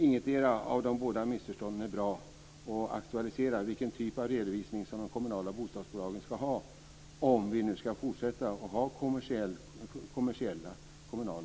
Ingetdera av de båda missförstånden är bra, och de aktualiserar vilken typ av redovisning som de kommunala bostadsbolagen skall ha, om vi nu skall fortsätta att ha kommersiella kommunala företag.